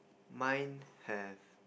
mine have